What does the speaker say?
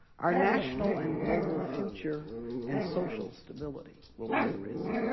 our national and global future and social stability will be at risk.